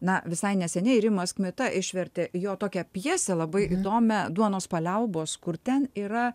na visai neseniai rimas kmita išvertė jo tokią pjesę labai įdomią duonos paliaubos kur ten yra